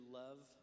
love